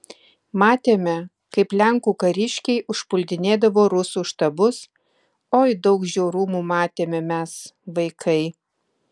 matėme kaip lenkų kariškiai užpuldinėdavo rusų štabus oi daug žiaurumų matėme mes vaikai